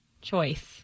choice